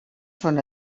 són